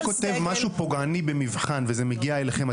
כותב משהו פוגעני במבחן וזה מגיע אליכם,